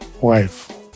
wife